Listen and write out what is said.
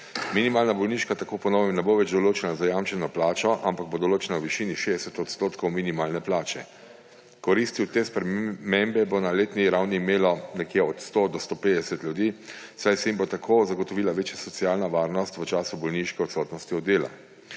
Minimalna bolniška tako po novem ne bo več določena z zajamčeno plačo, ampak bo določena v višini 60 % minimalne plače. Koristi od te spremembe bo na letni ravni imelo nekje od 100 do 150 ljudi, saj se jim bo tako zagotovila večja socialna varnost v času bolniške odsotnosti od dela.